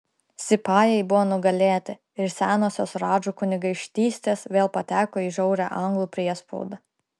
sipajai buvo nugalėti ir senosios radžų kunigaikštystės vėl pateko į žiaurią anglų priespaudą